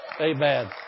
Amen